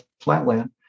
flatland